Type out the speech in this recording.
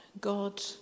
God